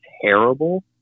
terrible